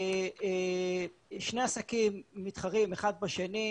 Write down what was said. כששני עסקים מתחרים אחד בשני,